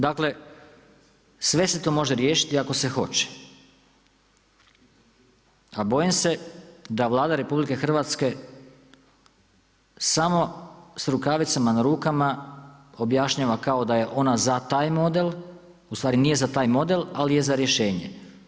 Dakle, sve se to može riješiti ako se hoće a bojim se da Vlada Republike Hrvatske samo sa rukavicama na rukama objašnjava kao da je ona za taj model, u stvari nije za taj model ali je za rješenje.